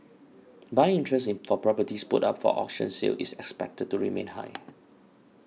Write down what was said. buying interest for properties put up for auction sale is expected to remain high